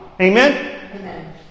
Amen